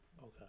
Okay